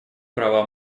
права